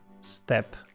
step